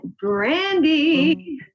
Brandy